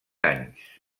anys